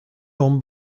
home